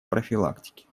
профилактике